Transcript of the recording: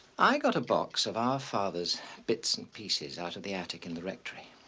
i got a box of our father's bits and pieces out of the attic in the rectory.